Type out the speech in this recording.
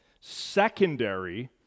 secondary